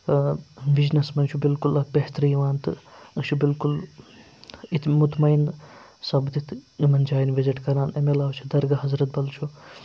وِجنَس منٛز چھُ بالکُل اَکھ بہتری یِوان تہٕ أسۍ چھِ بالکُل اِت مطمین سَپدِتھ یِمَن جایَن وِزِٹ کَران اَمہِ علاوٕ چھُ درگاہ حضرت بل چھُ